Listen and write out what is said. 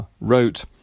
wrote